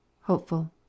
Hopeful